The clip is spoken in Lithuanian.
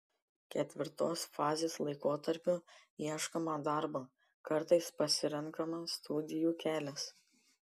ketvirtos fazės laikotarpiu ieškoma darbo kartais pasirenkama studijų kelias